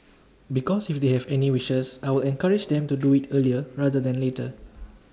because if they have any wishes I will encourage them to do IT earlier rather than later